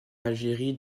algérie